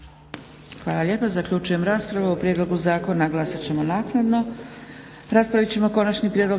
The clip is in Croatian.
Hvala lijepa. Zaključujem raspravu. O prijedlogu zakona glasat ćemo naknadno.